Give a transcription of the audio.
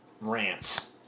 rants